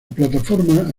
plataforma